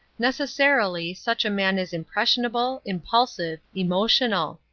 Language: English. necessarily, such a man is impressionable, impulsive, emotional.